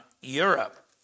Europe